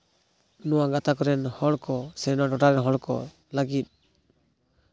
ᱱᱚᱣᱟ ᱜᱟᱛᱟᱠ ᱨᱮᱱ ᱦᱚᱲ ᱠᱚ ᱥᱮ ᱱᱚᱣᱟ ᱴᱚᱴᱷᱟ ᱨᱮᱱ ᱦᱚᱲ ᱠᱚ ᱞᱟᱹᱜᱤᱫ